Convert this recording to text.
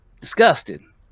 Disgusting